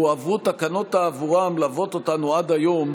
והועברו תקנות תעבורה המלוות אותנו עד היום,